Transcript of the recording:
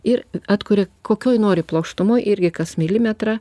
ir atkuria kokioj nori plokštumoj irgi kas milimetrą